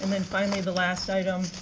and then finally, the last item,